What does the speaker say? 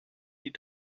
die